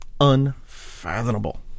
unfathomable